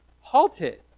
halted